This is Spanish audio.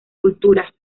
culturas